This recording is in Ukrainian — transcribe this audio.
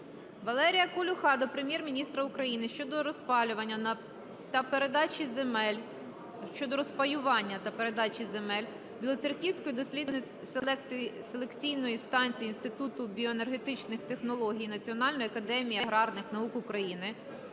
Валерія Колюха до Прем'єр-міністра України щодо розпаювання та передачі земель Білоцерківської дослідно-селекційної станції інституту біоенергетичних технологій Національної академії аграрних наук України